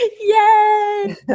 Yay